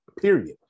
Period